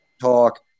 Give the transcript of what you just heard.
Talk